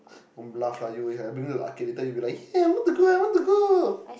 don't bluff lah you I bring you to the arcade later you be like !yay! I want to go I want to go